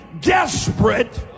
desperate